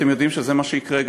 ואתם יודעים שזה גם מה שיקרה,